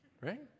Right